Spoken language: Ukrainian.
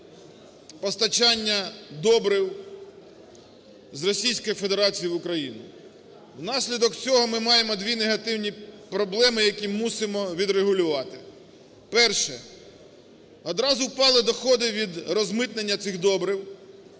постачання добрив з Російської Федерації в Україну. Внаслідок цього ми маємо дві негативні проблеми, які мусимо відрегулювати. Перше. Одразу впали доходи від розмитнення цих добрив,